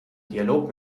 dialog